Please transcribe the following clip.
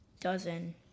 Dozen